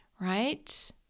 Right